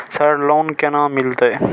Sir loan केना मिलते?